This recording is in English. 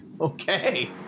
Okay